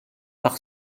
par